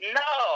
no